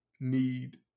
need